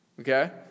Okay